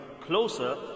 closer